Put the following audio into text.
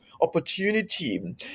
opportunity